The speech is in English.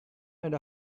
and